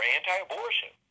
anti-abortion